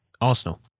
Arsenal